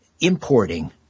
importing